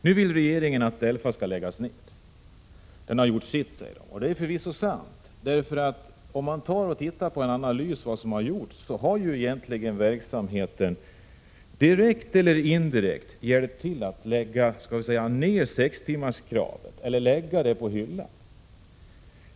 Nu vill regeringen att DELFA skall läggas ned. DELFA har gjort sitt, säger man. Det är förvisso sant, eftersom man om man analyserar vad som har hänt finner att verksamheten direkt eller indirekt hjälpt till att lägga sextimmarskravet på hyllan.